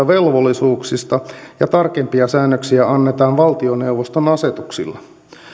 velvollisuuksista ja tarkempia säännöksiä annetaan valtioneuvoston asetuksilla